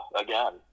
again